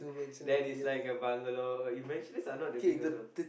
that is like a bungalow eventually are not that big also